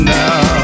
now